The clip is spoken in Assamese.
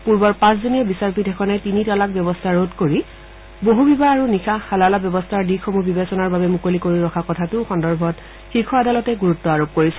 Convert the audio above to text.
পূৰ্বৰ পাঁচজনীয়া বিচাৰপীঠ এখনে তিনি তালাক ব্যৱস্থা ৰদ কৰি বহুবিবাহ আৰু নিকাহ হালালা ব্যৱস্থাৰ দিশসমূহ বিবেচনাৰ বাবে মুকলি কৰি ৰখা কথাটো সন্দৰ্ভত শীৰ্ষ আদালতে গুৰুত্ব আৰোপ কৰিছে